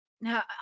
Now